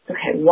Okay